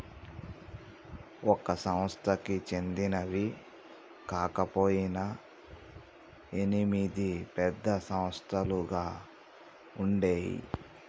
ఒక సంస్థకి చెందినవి కాకపొయినా ఎనిమిది పెద్ద సంస్థలుగా ఉండేయ్యి